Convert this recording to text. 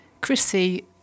Chrissy